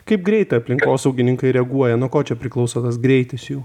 kaip greitai aplinkosaugininkai reaguoja nuo ko čia priklauso tas greitis jų